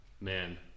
Man